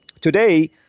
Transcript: Today